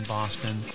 Boston